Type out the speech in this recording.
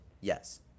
Yes